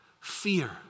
fear